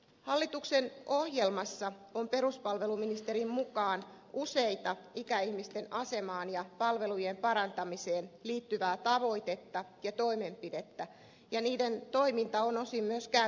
hallituksen ohjelmassa on peruspalveluministerin mukaan useita ikäihmisten asemaan ja palvelujen parantamiseen liittyviä tavoitteita ja toimenpiteitä ja niiden toiminta on osin myös käynnistetty